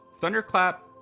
Thunderclap